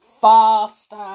faster